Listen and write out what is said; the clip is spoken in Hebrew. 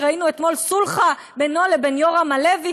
ראינו אתמול סולחה בינו לבין יורם הלוי,